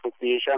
association